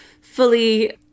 fully